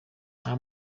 nta